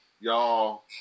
y'all